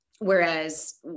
Whereas